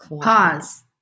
Pause